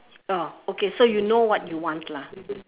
oh okay so you know what you want lah